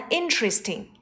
interesting